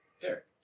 Derek